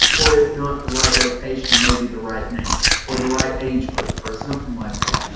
or if not the right location, maybe the right name or the right age group or something like that.